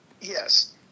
Yes